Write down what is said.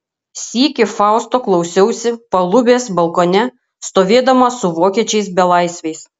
sykį fausto klausiausi palubės balkone stovėdama su vokiečiais belaisviais